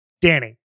Danny